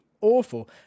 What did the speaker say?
awful